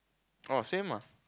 oh same ah